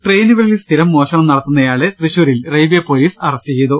ട്രെയിനുകളിൽ സ്ഥിരം മോഷണം നടത്തുന്നയാളെ തൃശൂരിൽ റെയിൽവേ പോലീസ് അറസ്റ്റ് ചെയ്തു